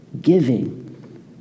giving